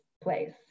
place